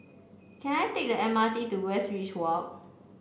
can I take the M R T to Westridge Walk